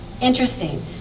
Interesting